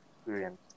experience